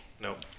Nope